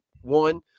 one